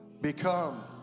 become